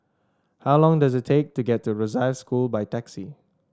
how long does it take to get to by taxi